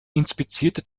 inspizierte